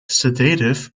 sedative